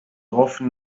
often